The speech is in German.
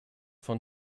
von